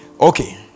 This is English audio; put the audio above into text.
Okay